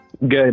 Good